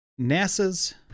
NASA's